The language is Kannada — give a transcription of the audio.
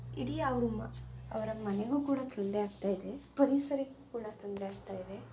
ಇಡೀ ಅವರು ಮ ಅವರ ಮನೆಗೂ ಕೂಡ ತೊಂದರೆ ಆಗ್ತಾಯಿದೆ ಪರಿಸರಕ್ಕೆ ಕೂಡ ತೊಂದರೆ ಆಗ್ತಾಯಿದೆ